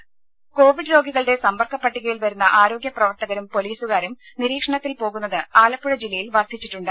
രുമ കോവിഡ് രോഗികളുടെ സമ്പർക്ക പട്ടികയിൽ വരുന്ന ആരോഗ്യ പ്രവർത്തകരും പൊലീസുകാരും നിരീക്ഷണത്തിൽ പോകുന്നത് ആലപ്പുഴ ജില്ലയിൽ വർദ്ധിച്ചിട്ടുണ്ട്